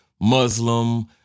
Muslim